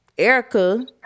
Erica